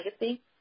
legacy